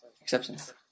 exceptions